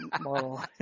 model